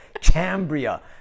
Cambria